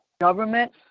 Government